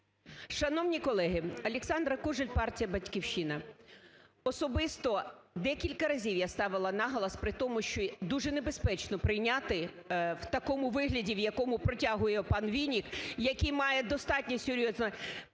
Шановні колеги! Олександра Кужель, партія "Батьківщина". Особисто декілька разів я ставила наголос при тому, що дуже небезпечно прийняти в такому вигляді, в якому протягує пан Вінник, який має достатньо серйозно